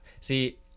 See